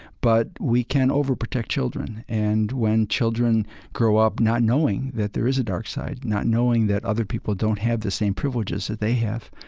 but we can overprotect children. and when children grow up not knowing that there is a dark side, not knowing that other people don't have the same privileges that they have,